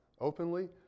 openly